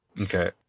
Okay